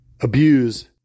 abuse